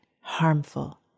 harmful